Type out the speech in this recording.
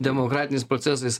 demokratiniais procesais